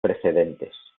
precedentes